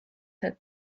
had